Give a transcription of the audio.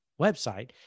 website